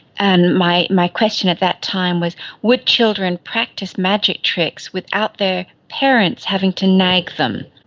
and my my question at that time was would children practice magic tricks without their parents having to nag them.